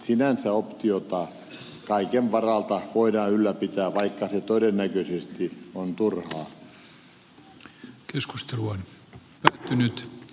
sinänsä optiota kaiken varalta voidaan ylläpitää vaikka se todennäköisesti on virinnyt